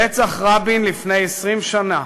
רצח רבין לפני 20 שנה